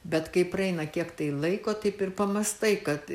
bet kai praeina kiek tai laiko taip ir pamąstai kad